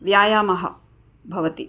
व्यायामः भवति